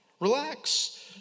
Relax